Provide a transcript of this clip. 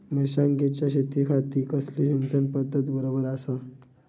मिर्षागेंच्या शेतीखाती कसली सिंचन पध्दत बरोबर आसा?